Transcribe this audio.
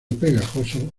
pegajoso